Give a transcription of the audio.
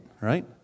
right